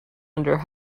under